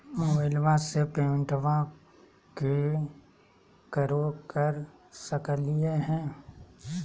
मोबाइलबा से पेमेंटबा केकरो कर सकलिए है?